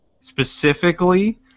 Specifically